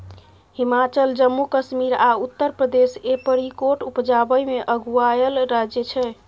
हिमाचल, जम्मू कश्मीर आ उत्तर प्रदेश एपरीकोट उपजाबै मे अगुआएल राज्य छै